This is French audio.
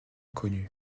connus